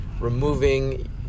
removing